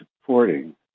supporting